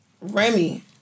Remy